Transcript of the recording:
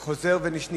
וזה חוזר ונשנה.